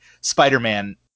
Spider-Man